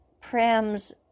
Pram's